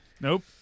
Nope